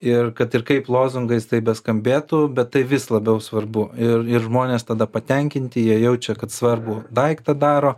ir kad ir kaip lozungais tai beskambėtų bet tai vis labiau svarbu ir ir žmonės tada patenkinti jie jaučia kad svarbų daiktą daro